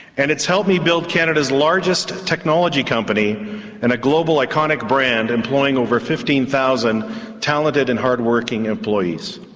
and it's helped me build canada's largest technology company and a global iconic brand employing over fifteen thousand talented and hard-working employees.